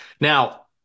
Now